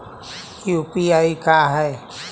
UPI का है?